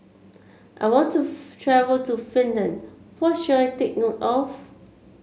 I want to travel to Finland what should I take note of